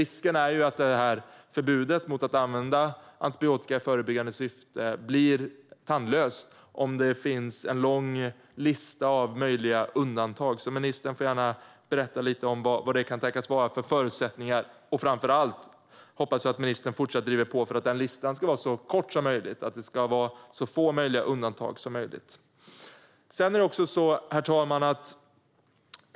Risken är att förbudet mot att använda antibiotika i förebyggande syfte blir tandlöst om det finns en lång lista av möjliga undantag. Ministern får gärna berätta lite om vad det kan tänkas vara för förutsättningar. Framför allt hoppas jag att ministern fortsätter att driva på för att listan ska vara så kort som möjligt och det alltså ska vara så få möjliga undantag som möjligt. Herr talman!